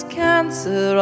cancer